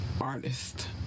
Artist